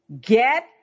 Get